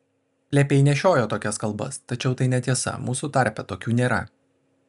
plepiai nešiojo tokias kalbas tačiau tai netiesa mūsų tarpe tokių nėra